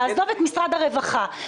לעזוב את משרד הרווחה,